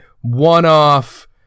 one-off